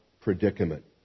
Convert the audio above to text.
predicament